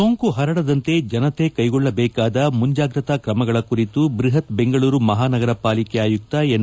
ಸೋಂಕು ಹರಡದಂತೆ ಜನತೆ ಕೈಗೊಳ್ಳಬೇಕಾದ ಮುಂಜಾಗ್ರತಾ ಕ್ರಮಗಳ ಕುರಿತು ಬೃಹತ್ ಬೆಂಗಳೂರು ಮಹಾನಗರ ಪಾಲಿಕೆ ಆಯುಕ್ತ ಎನ್